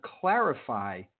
clarify